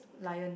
Lion